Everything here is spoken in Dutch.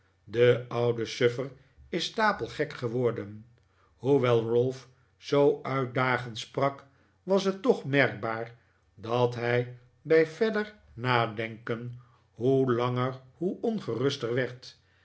de oude suffer is stapelgek geworden hoewel ralph zoo uitdagend sprak was het toch merkbaar dat hij bij verder nadenken hoe langer hoe ongeruster werd